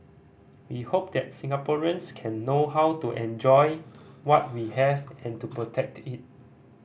he hoped that Singaporeans can know how to enjoy what we have and to protect it